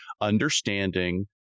understanding